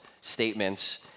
statements